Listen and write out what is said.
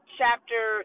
chapter